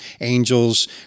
angels